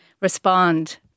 respond